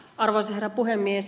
arvoisa herra puhemies